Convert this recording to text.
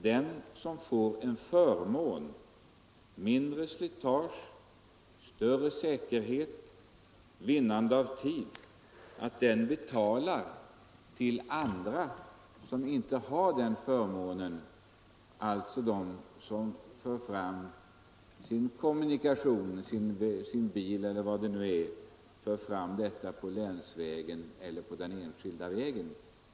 Den som får en förmån — mindre slitage, mindre säkerhet, vinnande av tid — betalar till andra som inte har denna förmån, alltså till den som för fram sin bil eller vad det nu är på länsvägen eller på den enskilda vägen.